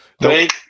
Thank